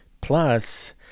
Plus